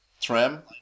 tram